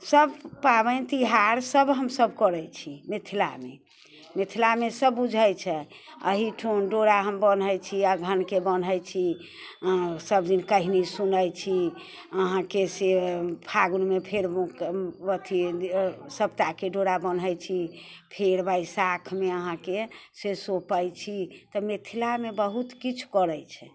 सब पाबनि तिहार सब हमसब करै छी मिथिलामे मिथिलामे सब बुझै छै एहिठम डोरा हम बन्है छी अगहनके बन्है छी सबदिन कहानी सुनै छी अहाँके से फागुनमे फेर अथी सप्ताके डोरा बन्है छी फेर बैसाखमे अहाँके से सोपै छी तऽ मिथिलामे बहुत किछु करै छै